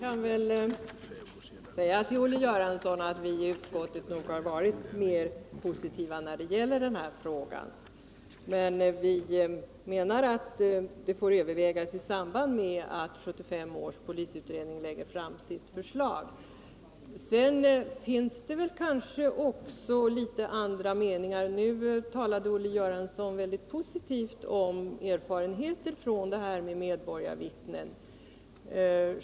Herr talman! Vi i utskottet har nog varit mer positiva när det gäller denna fråga. Men vi anser att denna sak får övervägas i samband med att 1975 års polisutredning lägger fram sitt förslag. Det finns kanske också litet andra meningar. Olle Göransson talade väldigt positivt om erfarenheterna från systemet med medborgarvittnen.